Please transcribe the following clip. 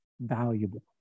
valuable